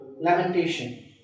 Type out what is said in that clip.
Lamentation